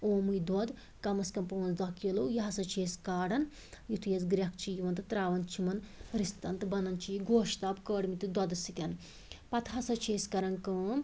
اومٕے دۄدھ کم از کم پانٛژھ دَہ کلوٗ یہِ ہَسا چھِ أسۍ کاران یُتھٕے اَتھ گرٛیٚکھ چھِ یِوان تہٕ ترٛاوان چھِ یمن رِستَن تہٕ بنان چھُ یہِ گۄشتاب کٲڑمِتہِ دۄدھہٕ سۭتۍ پَتہٕ ہَسا چھِ أسۍ کرن کٲم